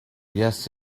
yes